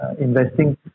investing